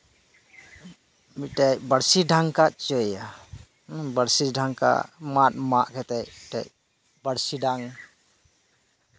ᱢᱤᱫᱴᱮᱱ ᱵᱟᱹᱲᱥᱤ ᱰᱟᱝ ᱜᱟᱜ ᱦᱚᱪᱚᱭᱮᱭᱟ ᱵᱟᱹᱲᱥᱤ ᱰᱟᱝ ᱢᱟᱫ ᱢᱟᱜ ᱠᱟᱛᱮᱫ ᱵᱟᱹᱲᱥᱤ ᱰᱟᱝ